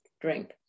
drink